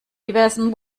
diversen